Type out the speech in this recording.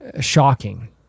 shocking